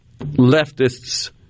leftists